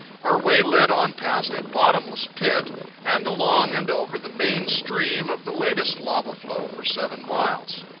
our way led on past a bottomless pit and along and over the main stream of the latest lava-flow for seven miles.